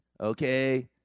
okay